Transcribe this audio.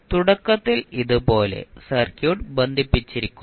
തുടക്കത്തിൽ ഇതുപോലെ സർക്യൂട്ട് ബന്ധിപ്പിച്ചിരിക്കുന്നു